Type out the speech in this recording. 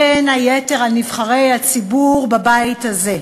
בין היתר על נבחרי הציבור בבית הזה.